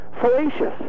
fallacious